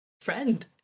friend